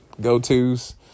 go-to's